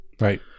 Right